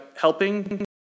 helping